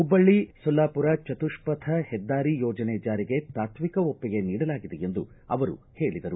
ಹುಬ್ಬಳ್ಳಿ ಸೊಲ್ಲಾಪುರ ಚತುಪ್ಪಥ ಹೆದ್ದಾರಿ ಯೋಜನೆ ಜಾರಿಗೆ ತಾತ್ವಿಕ ಒಪ್ಪಿಗೆ ನೀಡಲಾಗಿದೆ ಎಂದು ಅವರು ಹೇಳಿದರು